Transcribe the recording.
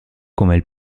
come